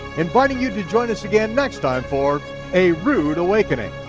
inviting you to join us again next time for a rood awakening,